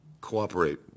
cooperate